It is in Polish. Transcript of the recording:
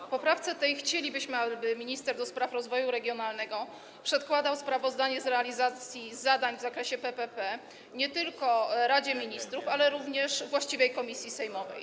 W poprawce tej chcielibyśmy, aby minister do spraw rozwoju regionalnego przedkładał sprawozdanie z realizacji zadań w zakresie PPP nie tylko Radzie Ministrów, ale również właściwej komisji sejmowej.